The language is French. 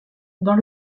dans